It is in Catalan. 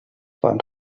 poden